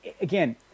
Again